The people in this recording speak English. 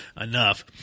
enough